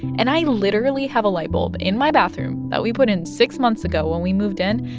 and i literally have a light bulb in my bathroom that we put in six months ago when we moved in,